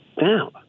down